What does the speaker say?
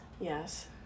Yes